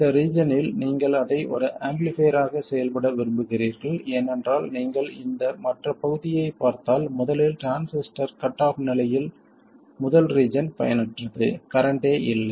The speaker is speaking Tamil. இந்த ரீஜன் இல் நீங்கள் அதை ஒரு ஆம்பிளிஃபைர் ஆக செயல்பட விரும்புகிறீர்கள் ஏனென்றால் நீங்கள் இந்த மற்ற பகுதியைப் பார்த்தால் முதலில் டிரான்சிஸ்டர் கட் ஆஃப் நிலையில் முதல் ரீஜன் பயனற்றது கரண்ட்டே இல்லை